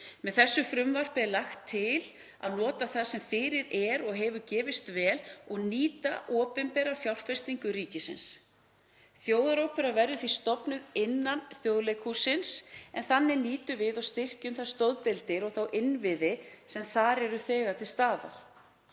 Með þessu frumvarpi er lagt til að nota það sem fyrir er og hefur gefist vel og nýta opinbera fjárfestingu ríkisins. Þjóðarópera verður því stofnuð innan Þjóðleikhússins, en þannig nýtum við og styrkjum þær stoðdeildir og þá innviði sem þar eru þegar til staðar.